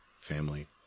family